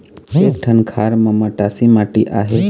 एक ठन खार म मटासी माटी आहे?